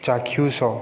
ଚାକ୍ଷୁଷ